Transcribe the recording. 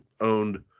owned